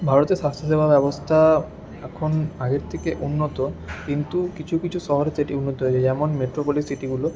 ভারতের স্বাস্থ্যসেবার অবস্থা এখন আগের থেকে উন্নত কিন্তু কিছু কিছু শহরে সেটি উন্নত হয়েছে যেমন মেট্রোপলিস সিটিগুলো